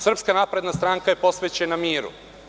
Srpska napredna stranka je posvećena miru.